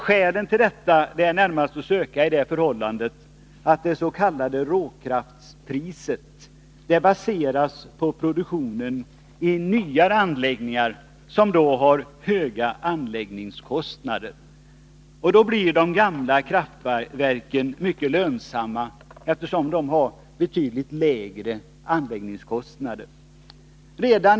Skälen till detta är närmast att söka i det förhållandet att det s.k. råkraftspriset baseras på produktionen i nyare anläggningar, som har höga anläggningskostnader. Då blir de gamla kraftverken mycket lönsamma, eftersom de har betydligt lägre anläggningskostnader.